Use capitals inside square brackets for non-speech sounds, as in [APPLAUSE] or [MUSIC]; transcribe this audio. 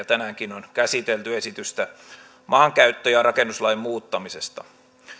[UNINTELLIGIBLE] tänäänkin on käsitelty esitystä maankäyttö ja rakennuslain muuttamisesta